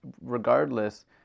regardless